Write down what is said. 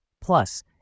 Plus